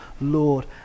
Lord